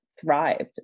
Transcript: thrived